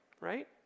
right